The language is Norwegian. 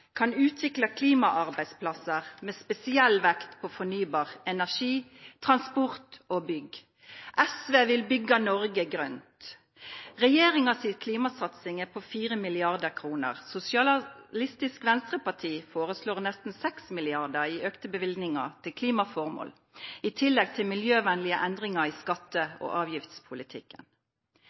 kan utvikla klimaarbeidsplassar med spesiell vekt på fornybar energi, transport og bygg. SV vil byggja Noreg grønt. Regjeringas klimasatsing er på 4 mrd. kr. Sosialistisk Venstreparti foreslår nesten 6 mrd. kr i auka løyvingar til klimaformål, i tillegg til miljøvennlege endringar i skatte- og avgiftspolitikken.